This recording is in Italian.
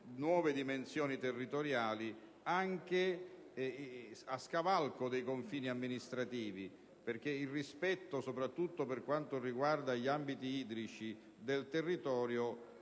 nuove dimensioni territoriali, anche a scavalco dei confini amministrativi perché, soprattutto per quanto riguarda gli ambiti idrici, il rispetto